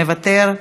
מוותר,